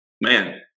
man